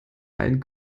einen